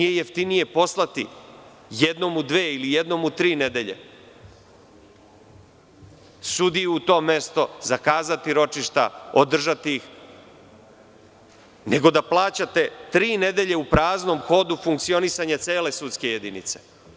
Zar nije jeftinije poslati jednom u dve ili jednom u tri nedelje sudiju u to mesto, zakazati ročišta, održati ih, nego da plaćate tri nedelje u praznom hodu funkcionisanje cele sudske jedinice.